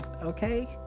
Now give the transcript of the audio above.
okay